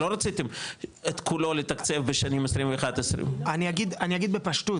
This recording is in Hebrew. לא רציתם את כולו לתקצב בשנים 21-20. אני אגיד בפשטות,